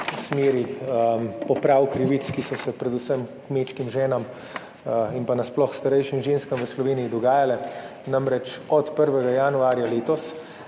v smeripoprave krivic, ki so se dogajale predvsem kmečkim ženam in nasploh starejšim ženskam v Sloveniji, namreč od 1. januarja letos